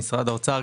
במשרד האוצר,